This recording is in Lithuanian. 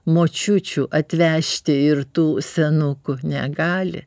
močiučių atvežti ir tų senukų negali